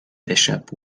bishop